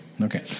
okay